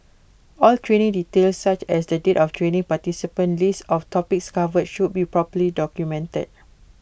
all training details such as the date of training participant list of topics covered should be properly documented